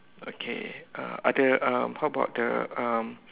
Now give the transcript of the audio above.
okay uh ada um how about the um